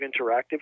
interactive